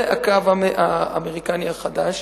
זה הקו האמריקני החדש.